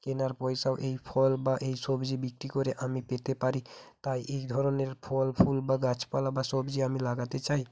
কেনার পয়সাও এই ফল বা এই সবজি বিক্রি করে আমি পেতে পারি তাই এই ধরনের ফল ফুল বা গাছপালা বা সবজি আমি লাগাতে চাই